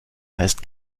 heißt